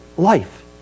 life